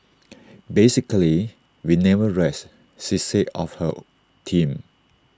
basically we never rest she said of her team